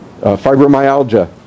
fibromyalgia